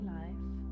life